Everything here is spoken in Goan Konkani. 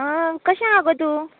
आं कशें आसा गो तूं